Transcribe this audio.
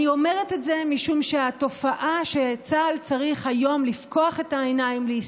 אני אומרת את זה משום שהתופעה שהיום צה"ל צריך לפקוח את העיניים לגביה,